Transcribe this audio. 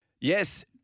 Yes